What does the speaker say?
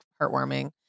heartwarming